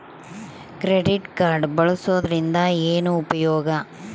Credit card ಬಳಸುವದರಿಂದ ಏನು ಉಪಯೋಗ?